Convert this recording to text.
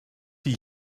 wie